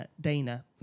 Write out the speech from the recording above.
Dana